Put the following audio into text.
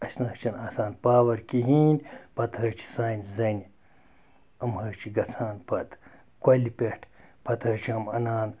اَسہِ نہ حظ چھِنہٕ آسان پاوَر کِہیٖنۍ پَتہٕ حظ چھِ سانہِ زَنٛنہِ یِم حظ چھِ گَژھان پَتہٕ کۄلہِ پٮ۪ٹھ پَتہٕ حظ چھِ یِم اَنان